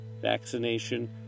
Vaccination